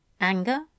Anger